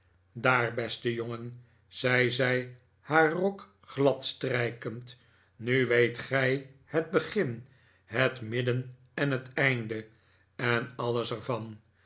daar beste jongen zei zij haar rok gladstrijkend nu weet gij het begin het midden en het einde en alles er